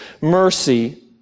mercy